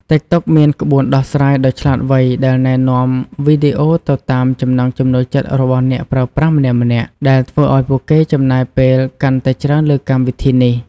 តិកតុកមានក្បួនដោះស្រាយដ៏ឆ្លាតវៃដែលណែនាំវីដេអូទៅតាមចំណង់ចំណូលចិត្តរបស់អ្នកប្រើប្រាស់ម្នាក់ៗ ដែលធ្វើឱ្យពួកគេចំណាយពេលកាន់តែច្រើនលើកម្មវិធីនេះ។